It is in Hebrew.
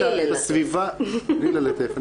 בלי ללטף.